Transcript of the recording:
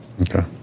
Okay